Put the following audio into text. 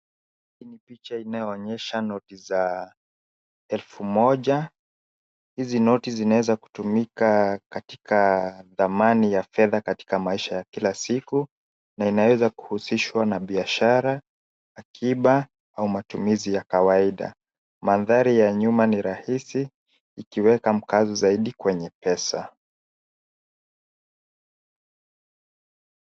Hii ni picha inayoonyesha noti za elfu moja. Hizi noti zinaweza kutumika katika thamani ya fedha katika maisha ya kila siku na inaweza kuhusishwa na biashara, akiba au matumizi ya kawaida. Mandhari ya nyuma ni rahisi, ikiweka mkazo zaidi kwenye pesa.